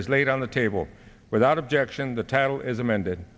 is laid on the table without objection the title is amended